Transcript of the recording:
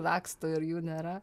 laksto ir jų nėra